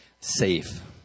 safe